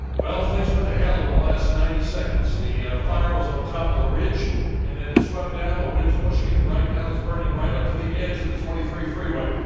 well, things went to hell in the last ninety seconds. the fire was on top of the ridge and then it swept down the winds pushing it right now it's burning right up to the edge of the twenty three freeway.